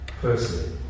Firstly